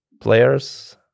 players